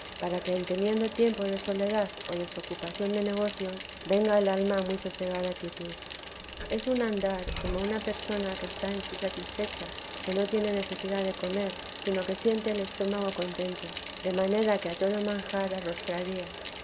para que en teniendo tiempo de soledad o desocupación de negocios venga el alma a muy sosegada quietud es un andar como una persona que está en sí satisfecha que no tiene necesidad de comer sino que siente el estómago contento de manera que a todo manjar arrostraría